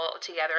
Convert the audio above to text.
together